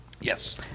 Yes